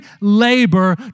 labor